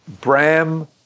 Bram